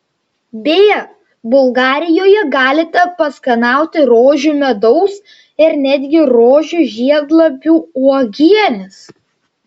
beje bulgarijoje galite paskanauti rožių medaus ir netgi rožių žiedlapių uogienės